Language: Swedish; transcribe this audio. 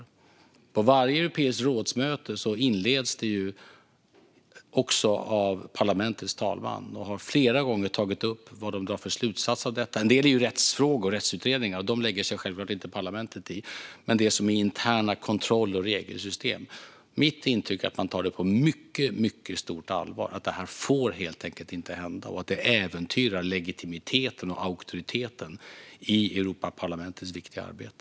Varje möte i Europeiska rådet inleds av Europaparlamentets talman, som flera gånger har tagit upp vad man drar för slutsatser av detta. En del är ju rättsfrågor och rättsliga utredningar som parlamentet självklart inte lägger sig i, men det gäller även interna kontroll och regelsystem. Mitt intryck är alltså att man tar detta på mycket stort allvar. Man anser att det helt enkelt inte får hända och att det äventyrar legitimiteten och auktoriteten i Europaparlamentets viktiga arbete.